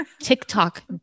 TikTok